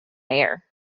air